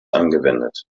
angewendet